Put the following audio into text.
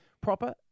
proper